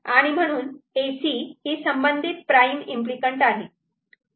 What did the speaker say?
आणि म्हणून A C ही संबंधित प्राईम इम्पली कँट आहे